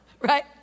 right